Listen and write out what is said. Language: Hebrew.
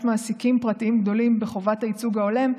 מעסיקים פרטיים גדולים בחובת הייצוג ההולם,